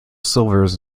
silvers